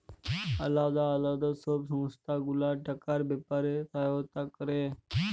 আলদা আলদা সব সংস্থা গুলা টাকার ব্যাপারে সহায়তা ক্যরে